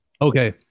okay